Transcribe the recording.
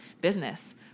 business